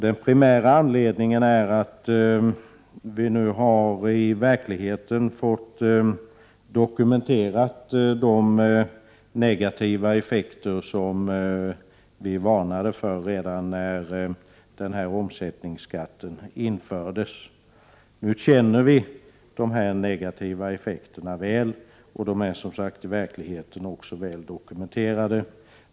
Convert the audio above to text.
Den primära anledningen är att vi nu har fått dokumenterat i verkligheten de negativa effekter som vi varnade för redan när denna omsättningsskatt infördes. Nu känner vi dessa negativa effekter väl. De är, som sagt, i verkligheten också väl dokumenterade.